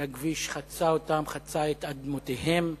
שהכביש חצה אותם, חצה את אדמותיהם,